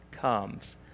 comes